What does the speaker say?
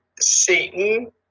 Satan